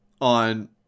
on